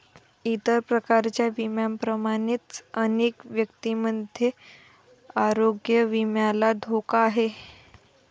इतर प्रकारच्या विम्यांप्रमाणेच अनेक व्यक्तींमध्ये आरोग्य विम्याला धोका आहे